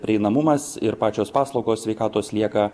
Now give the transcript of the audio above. prieinamumas ir pačios paslaugos sveikatos lieka